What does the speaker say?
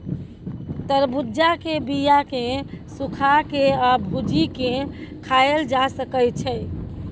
तरबुज्जा के बीया केँ सुखा के आ भुजि केँ खाएल जा सकै छै